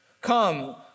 Come